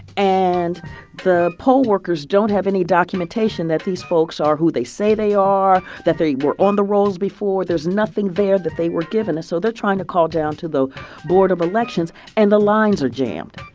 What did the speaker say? and the poll workers don't have any documentation that these folks are who they say they are, that they were on the rolls before. there's nothing there that they were given. so they're trying to call down to the board of elections. and the lines are jammed.